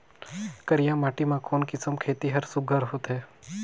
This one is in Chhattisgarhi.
करिया माटी मा कोन किसम खेती हर सुघ्घर होथे?